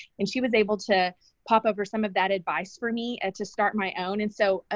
and she was able to pop over some of that advice for me to start my own. and so, ah